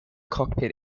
cockpit